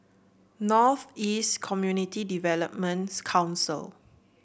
North East Community Developments Council